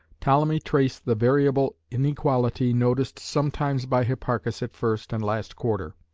ptolemy traced the variable inequality noticed sometimes by hipparchus at first and last quarter,